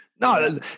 No